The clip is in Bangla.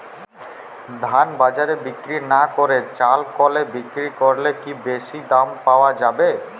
ধান বাজারে বিক্রি না করে চাল কলে বিক্রি করলে কি বেশী দাম পাওয়া যাবে?